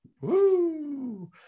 Woo